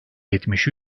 yetmiş